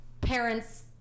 parents